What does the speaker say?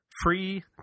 free